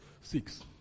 Six